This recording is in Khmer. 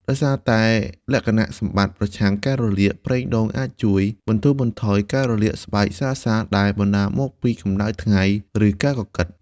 ដោយសារតែលក្ខណៈសម្បត្តិ ប្រឆាំងការរលាក ប្រេងដូងអាចជួយ បន្ធូរបន្ថយការរលាកស្បែកស្រាលៗ ដែលបណ្ដាលមកពីកម្ដៅថ្ងៃ ឬការកកិត។